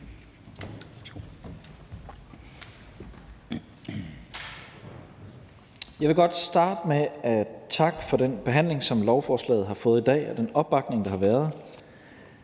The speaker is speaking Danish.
Jeg vil godt starte med at takke for den behandling, som lovforslaget har fået i dag, og den opbakning, der har været.